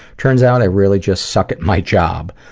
turns out i really just suck at my job.